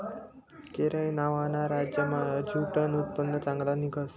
केरय नावना राज्यमा ज्यूटनं उत्पन्न चांगलं निंघस